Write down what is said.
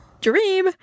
Dream